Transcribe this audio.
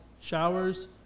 showers